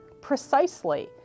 precisely